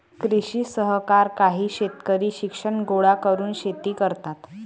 कृषी सहकार काही शेतकरी शिक्षण गोळा करून शेती करतात